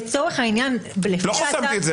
לא חסמתי את זה.